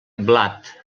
blat